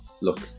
look